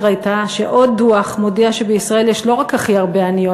הייתה שעוד דוח מודיע שבישראל יש לא רק הכי הרבה עניות